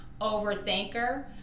overthinker